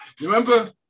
remember